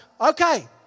okay